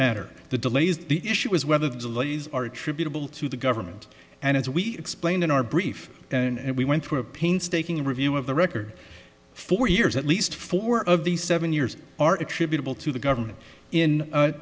matter the delays the issue was whether the delays are attributable to the government and as we explained in our brief and we went through a painstaking review of the record four years at least four of the seven years are attributable to the government in